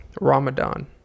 Ramadan